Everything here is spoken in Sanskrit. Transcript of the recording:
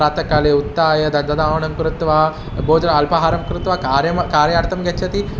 प्रातःकाले उत्थाय दन्तधावनं कृत्वा भोजनम् अल्पाहारं कृत्वा कार्यं कार्यार्थं गच्छति